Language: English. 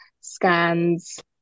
scans